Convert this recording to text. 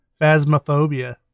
Phasmophobia